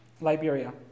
Liberia